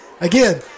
Again